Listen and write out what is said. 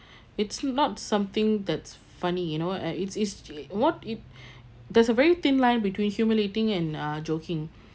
it's not something that's funny you know and it's it's what it there's a very thin line between humiliating and uh joking